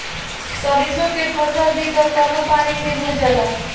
सरिसो के फसल भी त कमो पानी में हो जाला